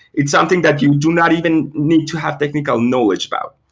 it's something that you do not even need to have technical knowledge about.